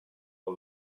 for